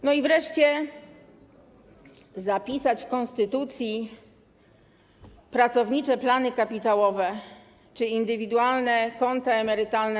I wreszcie: zapisać w konstytucji pracownicze plany kapitałowe czy indywidualne konta emerytalne.